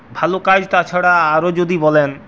ভালো কাজ তাছাড়া আরও যদি বলেন